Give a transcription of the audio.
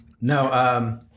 no